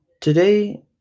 today